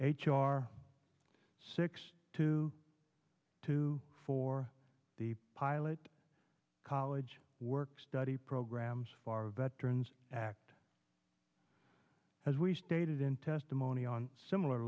r six to two for the pilot college work study programs far veterans act as we stated in testimony on similar